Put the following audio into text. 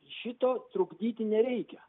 šito trukdyti nereikia